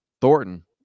Thornton